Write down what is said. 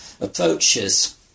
approaches